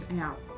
out